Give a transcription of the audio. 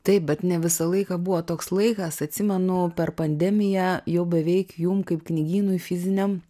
taip bet ne visą laiką buvo toks laikas atsimenu per pandemiją jau beveik jum kaip knygynui fiziniam